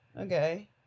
okay